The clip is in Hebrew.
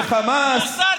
מחמאס?